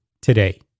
today